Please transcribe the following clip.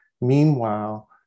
Meanwhile